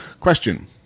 Question